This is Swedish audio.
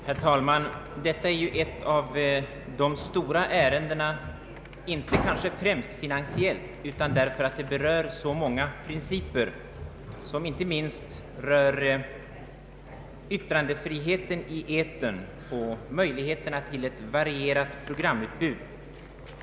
Herr talman! Detta är ett stort ärende, kanske inte främst finansiellt utan därför att det har att göra med principer som rör yttrandefriheten i etern och möjligheterna till ett varierat programutbud.